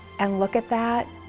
and look at that,